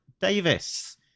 Davis